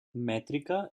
mètrica